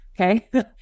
Okay